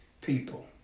people